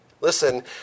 Listen